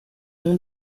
nom